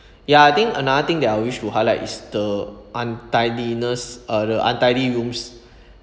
ya I think another thing that I wish to highlight is the untidiness uh the untidy rooms